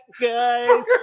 guys